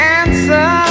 answer